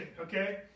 okay